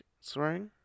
swearing